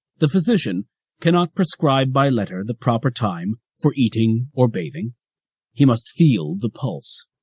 the physician cannot prescribe by letter the proper time for eating or bathing he must feel the pulse.